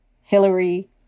Hillary